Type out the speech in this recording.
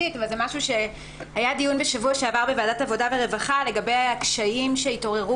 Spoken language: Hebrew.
בשבוע שעבר היה דיון בוועדת העבודה והרווחה לגבי הקשיים שהתעוררו